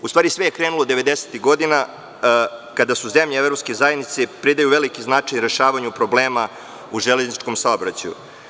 U stvari, sve je krenulo devedesetih godina, kada su zemlje Evropske zajednice pridale veliki značaj rešavanju problema u železničkom saobraćaju.